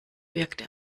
wirkt